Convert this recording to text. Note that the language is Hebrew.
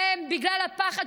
אבל יותר מכול,